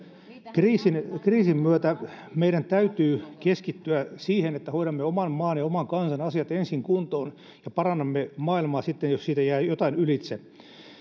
tämän kriisin myötä meidän täytyy keskittyä siihen että hoidamme oman maan ja oman kansan asiat ensin kuntoon ja parannamme maailmaa sitten jos siitä jää jotain ylitse